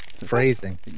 phrasing